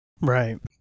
Right